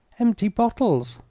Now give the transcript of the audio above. empty bottles.